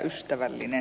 selevä